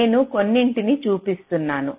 నేను కొన్నింటిని చూపిస్తున్నాను